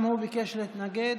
גם הוא ביקש להתנגד.